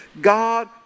God